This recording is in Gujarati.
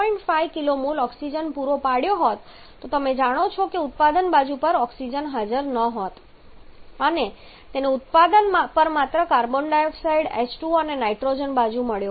5 kmol ઓક્સિજન પૂરો પાડ્યો હોત તો તમે જાણો છો કે ઉત્પાદન બાજુ પર ઓક્સિજન હાજર ન હોત અને તેને ઉત્પાદન પર માત્ર કાર્બન ડાયોક્સાઇડ H2O અને નાઇટ્રોજન બાજુ મળ્યો હોત